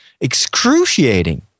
excruciating